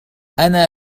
أنا